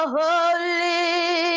holy